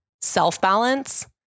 self-balance